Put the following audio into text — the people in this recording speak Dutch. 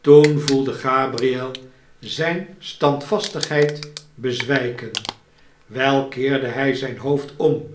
toen voelde gabriel zijne standvastigheid bezwijken wel keerde hij zijn hoofd om